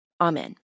Amen